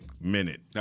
minute